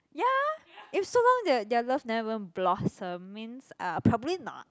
ya if so long their their love never even blossom means uh probably not